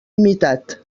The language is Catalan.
imitat